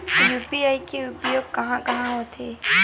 UPI के उपयोग कहां कहा होथे?